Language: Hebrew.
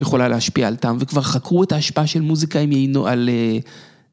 יכולה להשפיע על טעם, וכבר חקרו את ההשפעה של מוזיקה אם יהיינו על...